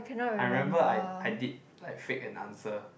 I remember I I did like fake an answer